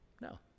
no